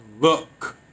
look